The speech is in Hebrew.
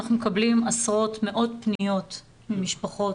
אנחנו מקבלים עשרות ומאות פניות ממשפחות.